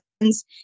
friends